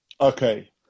Okay